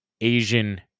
Asian